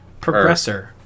progressor